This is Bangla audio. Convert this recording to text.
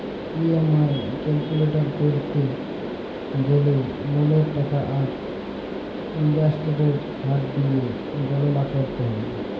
ই.এম.আই ক্যালকুলেট ক্যরতে গ্যালে ললের টাকা আর ইলটারেস্টের হার দিঁয়ে গললা ক্যরতে হ্যয়